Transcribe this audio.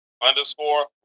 underscore